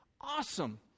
awesome